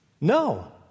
No